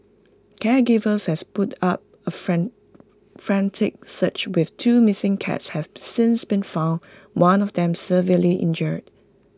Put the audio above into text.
caregivers has put up A frantic search with two missing cats have since been found one of them severely injured